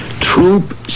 Troop